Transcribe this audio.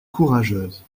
courageuse